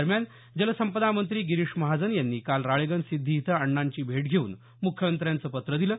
दरम्यान जलसंपदा मंत्री गिरीश महाजन यांनी काल राळेगण सिद्धी इथं अण्णांची भेट घेऊन म्ख्यमंत्र्यांचं पत्र दिलं